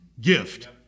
gift